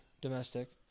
domestic